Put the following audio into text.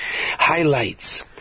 highlights